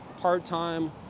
part-time